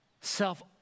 Self